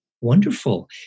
Wonderful